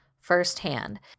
firsthand